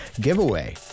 giveaway